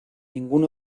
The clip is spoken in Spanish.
ningún